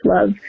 love